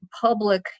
public